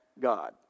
God